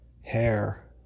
hair